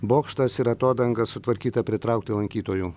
bokštas ir atodanga sutvarkyta pritraukti lankytojų